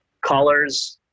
colors